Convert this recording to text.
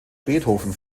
beethoven